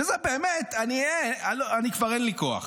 שזה, באמת, אני כבר אין לי כוח.